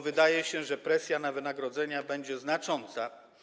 Wydaje się, że presja na wynagrodzenia będzie znacząca.